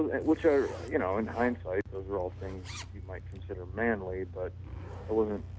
which are you know, in hindsight those are all things you might consider manly but i wasn't